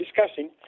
discussing